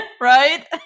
Right